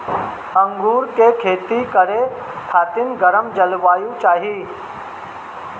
अंगूर के खेती करे खातिर गरम जलवायु चाही